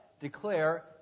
Declare